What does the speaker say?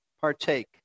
partake